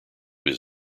his